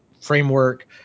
framework